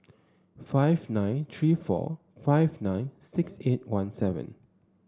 five nine three four five nine six eight one seven